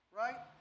right